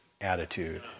attitude